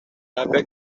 tapia